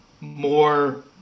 more